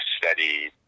steady